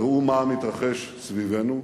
ראו מה מתרחש סביבנו,